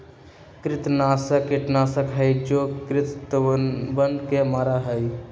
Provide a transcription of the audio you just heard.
कृंतकनाशक कीटनाशक हई जो कृन्तकवन के मारा हई